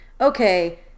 Okay